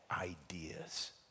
ideas